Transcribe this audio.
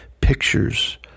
pictures